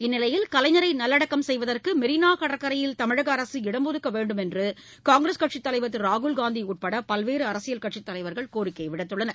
இந்நிலையில் கலைஞரை நல்லடக்கம் செய்வதற்கு மெினா கடற்கரையில் தமிழக அரசு இடம் ஒதுக்க வேண்டுமென்று காங்கிரஸ் தலைவர் திரு ராகுல்ஷாந்தி உட்பட பல்வேறு அரசியல் கட்சித் தலைவர்கள் கோரிக்கை விடுத்துள்ளனர்